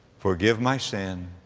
forgive my sin.